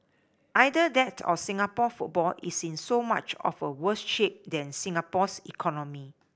either that or Singapore football is in so much of a worse shape than Singapore's economy